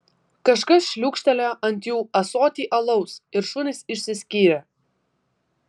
kažkas šliūkštelėjo ant jų ąsotį alaus ir šunys išsiskyrė